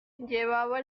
llevaba